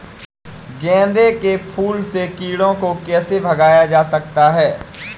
गेंदे के फूल से कीड़ों को कैसे भगाया जा सकता है?